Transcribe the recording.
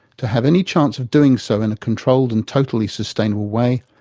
to have any chance of doing so in a controlled and totally sustainable way,